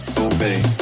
Obey